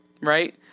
right